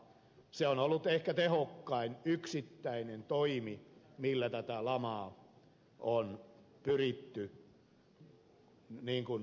se on ollut ehkä tehokkain yksittäinen toimi millä tätä lamaa on pyritty vastustamaan